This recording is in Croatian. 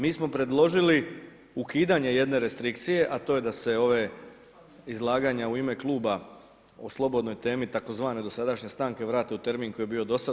Mi smo predložili ukidanje jedne restrikcije a to je da se ova izlaganja u ime kluba o slobodnoj temi tzv. dosadašnje stanke vrate u termin koji je bio do sada.